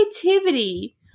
creativity